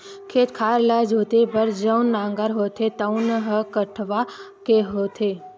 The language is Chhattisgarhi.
खेत खार ल जोते बर जउन नांगर होथे तउन ह कठवा के होथे